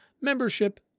membership